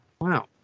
Wow